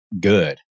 good